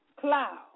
cloud